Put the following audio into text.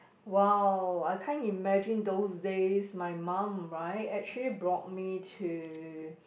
!wow! I can't imagine those days my mum right actually brought me to